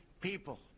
people